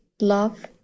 love